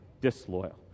disloyal